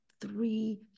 three